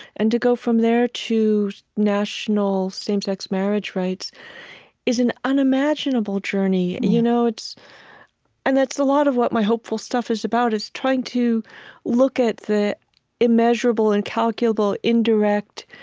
and to go from there to national same-sex marriage rights is an unimaginable journey. you know and that's a lot of what my hopeful stuff is about, is trying to look at the immeasurable, incalculable, indirect,